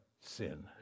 sin